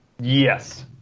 Yes